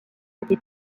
été